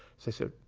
so, i said,